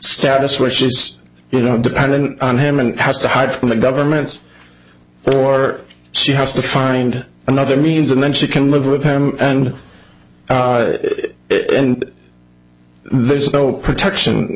status which is you know dependent on him and has to hide from the government or she has to find another means and then she can live with him and it and there's no protection